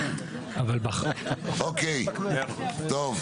כן, אוקיי, טוב.